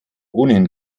ohnehin